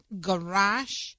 Garage